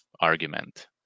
argument